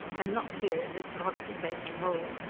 and not here in this god-forsaken hole!